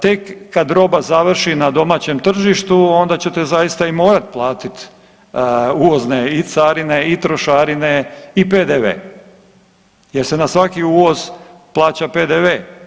Tek kad roba završi na domaćem tržištu onda ćete zaista i morati platiti uvozne i carine i trošarine i PDV jer se na svaki uvoz plaća PDV.